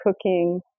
cooking